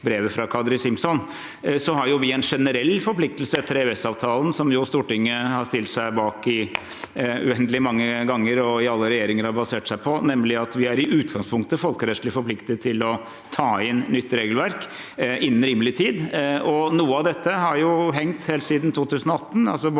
brevet fra Kadri Simson. Så har vi en generell forpliktelse etter EØS-avtalen som Stortinget har stilt seg bak uendelig mange ganger, og som alle regjeringer har basert seg på, nemlig at vi i utgangspunktet er folkerettslig forpliktet til å ta inn nytt regelverk innen rimelig tid. Noe av dette har hengt helt siden 2018,